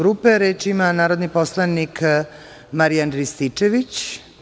Reč ima narodni poslanik Marijan Rističević.